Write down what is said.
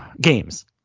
Games